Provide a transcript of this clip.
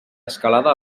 escalada